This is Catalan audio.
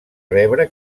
rebre